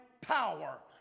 power